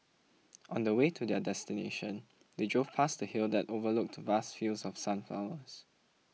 on the way to their destination they drove past a hill that overlooked vast fields of sunflowers